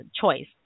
choice